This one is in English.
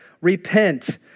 repent